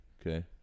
Okay